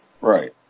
Right